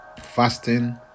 fasting